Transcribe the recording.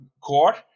core